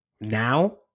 now